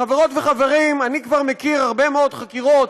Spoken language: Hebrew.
חברות וחברים, אני כבר מכיר הרבה מאוד חקירות.